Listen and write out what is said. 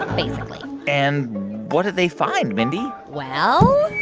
basically and what did they find, mindy? well. i